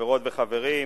חברות וחברים,